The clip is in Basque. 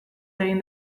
egin